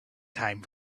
time